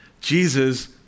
Jesus